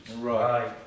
Right